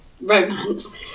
romance